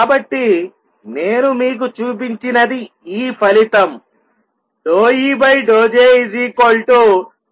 కాబట్టి నేను మీకు చూపించినది ఈ ఫలితం ∂E∂J classical